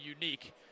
unique